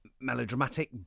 melodramatic